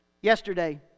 yesterday